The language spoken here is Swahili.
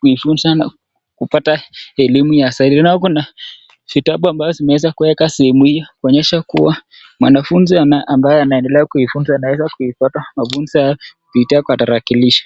kujifunza na kupata elimu ya saa ile. Na kuna vitabu ambazo zimeweza kuwekwa sehemu hiyo kuonyesha kuwa mwanafunzi ambaye anaendelea kujifunza anaweza kuipata mafunzo haya kupitia kwa tarakilishi.